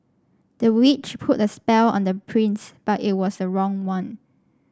the witch put a spell on the prince but it was the wrong one